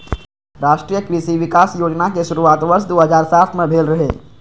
राष्ट्रीय कृषि विकास योजनाक शुरुआत वर्ष दू हजार सात मे भेल रहै